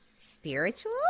Spiritual